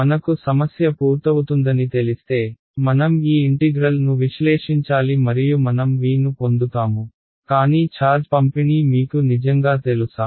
మనకు సమస్య పూర్తవుతుందని తెలిస్తే మనం ఈ ఇంటిగ్రల్ ను విశ్లేషించాలి మరియు మనం V ను పొందుతాము కానీ ఛార్జ్ పంపిణీ మీకు నిజంగా తెలుసా